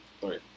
Three